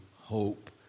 hope